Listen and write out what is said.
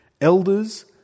elders